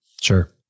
Sure